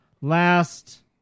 last